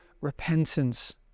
repentance